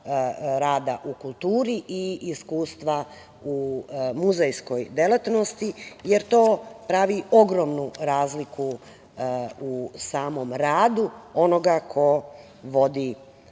rada u kulturi i iskustva u muzejskoj delatnosti, jer to pravi ogromnu razliku u samom radu onoga ko vodi